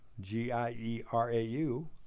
g-i-e-r-a-u